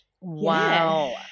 wow